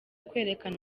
kwerekana